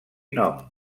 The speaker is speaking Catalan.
nom